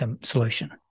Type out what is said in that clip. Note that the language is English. solution